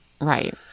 Right